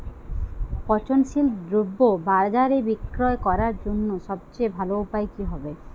পচনশীল দ্রব্য বাজারে বিক্রয় করার জন্য সবচেয়ে ভালো উপায় কি হবে?